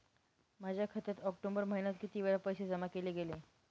माझ्या खात्यात ऑक्टोबर महिन्यात किती वेळा पैसे जमा केले गेले?